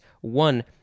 One